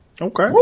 Okay